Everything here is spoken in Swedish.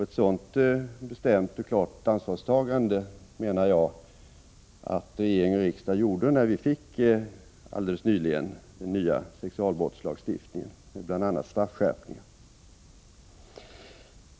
Ett sådant bestämt och klart avståndstagande menar jag att regering och riksdag gjorde när vi nyligen fick en ny sexualbrottslagstiftning innebärande bl.a. straffskärpningar.